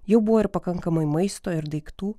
jau buvo ir pakankamai maisto ir daiktų